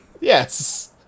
Yes